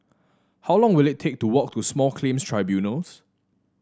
how long will it take to walk to Small Claims Tribunals